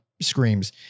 screams